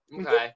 Okay